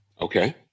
okay